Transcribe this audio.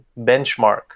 benchmark